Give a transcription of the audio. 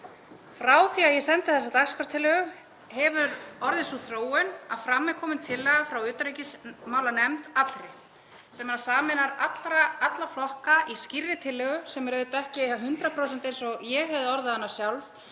Frá því að ég sendi þessa dagskrártillögu hefur orðið sú þróun að fram er komin tillaga frá utanríkismálanefnd allri sem sameinar alla flokka í skýrri tillögu, sem er auðvitað ekki 100% eins og ég hefði orðað hana sjálf,